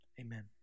Amen